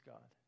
God